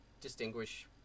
distinguish